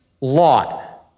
Lot